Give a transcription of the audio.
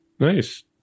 Nice